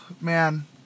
Man